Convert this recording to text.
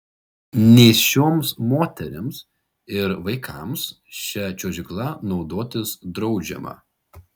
nėščioms moterims ir vaikams šia čiuožykla naudotis draudžiama